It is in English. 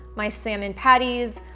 my salmon patties,